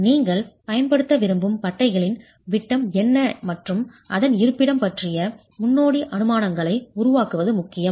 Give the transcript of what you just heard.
நீங்கள் பயன்படுத்த விரும்பும் பட்டைகளின் விட்டம் என்ன மற்றும் அதன் இருப்பிடம் பற்றிய முன்னோடி அனுமானங்களை உருவாக்குவது முக்கியம்